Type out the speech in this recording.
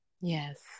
Yes